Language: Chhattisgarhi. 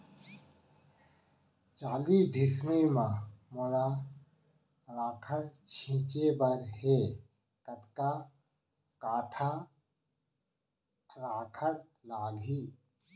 चालीस डिसमिल म मोला राखड़ छिंचे बर हे कतका काठा राखड़ लागही?